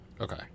Okay